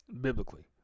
Biblically